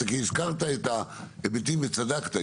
אתה הזכרת את ההיבטים וצדקת,